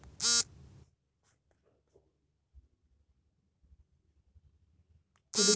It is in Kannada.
ಕುಡುಗ್ಲನ್ನ ಧಾನ್ಯ ಬೆಳೆಗಳ ಕಟಾವ್ಗಾಗಿ ಅಥವಾ ಕೊಯ್ಲಿಗಾಗಿ ಕುಡುಗೋಲನ್ನ ಬಳುಸ್ತಾರೆ